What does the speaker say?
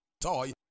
toy